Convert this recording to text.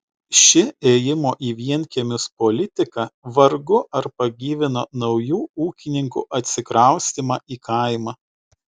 ši ėjimo į vienkiemius politika vargu ar pagyvino naujų ūkininkų atsikraustymą į kaimą